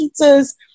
pizzas